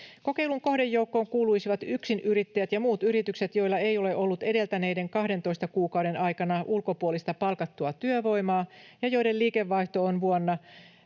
Kokeilun kohdejoukkoon kuuluisivat yksinyrittäjät ja muut yritykset, joilla ei ole ollut edeltäneiden 12 kuukauden aikana ulkopuolista palkattua työvoimaa ja joiden liikevaihto on vuonna